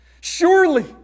Surely